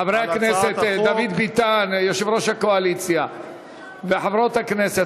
חבר הכנסת דוד ביטן יושב-ראש הקואליציה וחברות הכנסת,